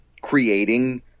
creating